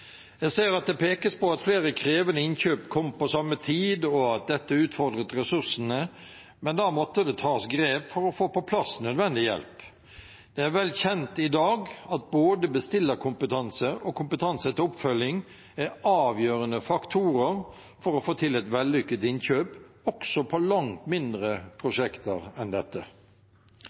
Jeg ser at det pekes på at flere krevende innkjøp kom på samme tid, og at dette utfordret ressursene, men da måtte det tas grep for å få på plass nødvendig hjelp. Det er vel kjent i dag at både bestillerkompetanse og kompetanse til oppfølging er avgjørende faktorer for å få til et vellykket innkjøp, også på langt mindre prosjekter enn dette.